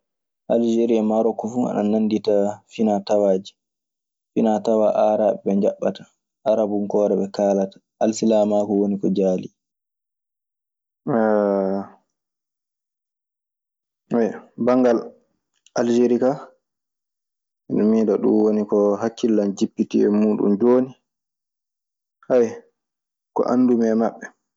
Alseri e Maaroc fuu ana nanndita finaa tawaaji. Finaa tawaa aaraaɓe ɓe njaɓɓata. Arabunkoore ɓe kaalata. Alsilaamaaku woni ko jaalii. banngal aljeri ka, miɗo miila ɗun woni ko hakkille an jippiti e muuɗum jooni, ayo ko anndumi e maɓɓe.